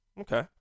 okay